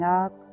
up